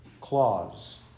claws